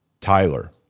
Tyler